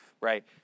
right